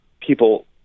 people